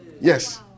Yes